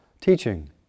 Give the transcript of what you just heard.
teaching